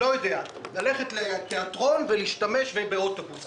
ללכת לתיאטרון בכסף הזה ולהשתמש באוטובוס,